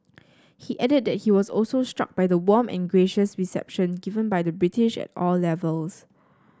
he added that he was also struck by the warm and gracious reception given by the British at all levels